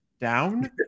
down